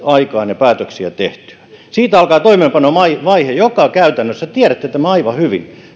aikaan ja päätöksiä tehtyä siitä alkaa toimeenpanovaihe joka käytännössä tiedätte tämän aivan hyvin